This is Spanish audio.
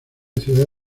ciudad